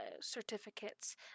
certificates